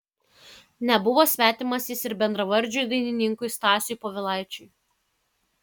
nebuvo svetimas jis ir bendravardžiui dainininkui stasiui povilaičiui